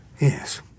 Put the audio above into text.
Yes